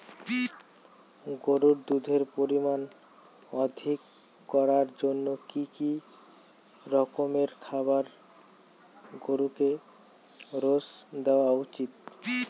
গরুর দুধের পরিমান অধিক করার জন্য কি কি রকমের খাবার গরুকে রোজ দেওয়া উচিৎ?